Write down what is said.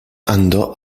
andò